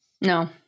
No